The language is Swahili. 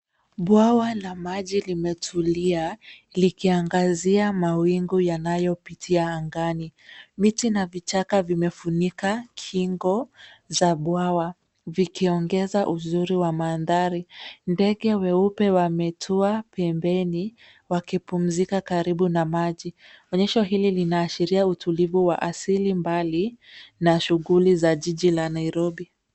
Bwawa la maji limetulia likiangazia mawingu yanayo pitia anagani. Miti na vichaka vimefunika kingo za bwawa vikiongeza uzuri wa mandhari. Ndege weupe wametua pembeni wakipumzika karibu na maji. Onyesho hili linaashiria utuluvu wa asili mbali na shughuli za jiji la Nairobi.